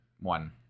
one